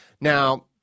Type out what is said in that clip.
Now